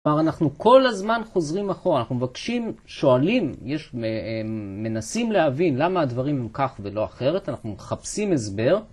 כלומר אנחנו כל הזמן חוזרים אחורה, אנחנו מבקשים, שואלים, מנסים להבין למה הדברים הם כך ולא אחרת, אנחנו מחפשים הסבר.